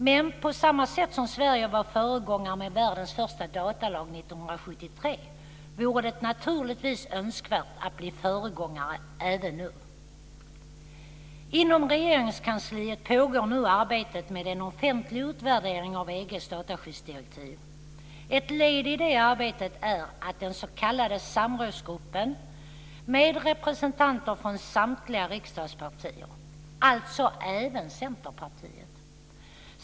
Men på samma sätt som Sverige var föregångare med världens första datalag 1973 vore det naturligtvis önskvärt att bli föregångare även nu. Inom Regeringskansliet pågår nu arbetet med en offentlig utvärdering av EG:s dataskyddsdirektiv. Ett led i det arbetet är den s.k. Samrådsgruppen med representanter från samtliga riksdagspartier, alltså även Centerpartiet.